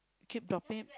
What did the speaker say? keep dropping